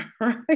right